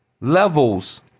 levels